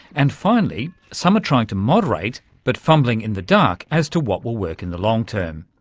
and finally, some are trying to moderate, but fumbling in the dark as to what will work in the long-term.